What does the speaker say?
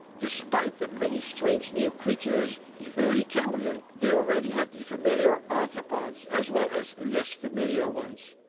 despite the many strange new creatures, the early cambrian did already have the familiar arthropods as well as less familiar ones.